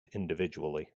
individually